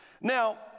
Now